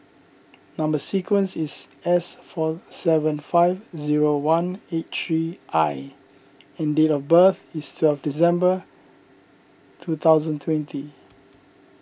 Number Sequence is S four seven five zero one eight three I and date of birth is twelve December two thousand twenty